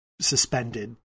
suspended